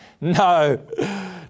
No